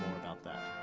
about that.